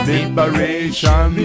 Liberation